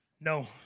No